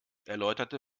erläuterte